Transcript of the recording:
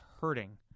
hurting